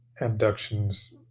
abductions